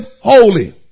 holy